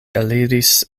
eliris